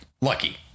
lucky